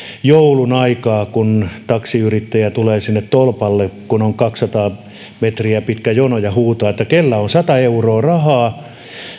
joulun aikaa kun taksiyrittäjä tulee sinne tolpalle kun on kaksisataa metriä pitkä jono ja huutaa että se kellä on sata euroa rahaa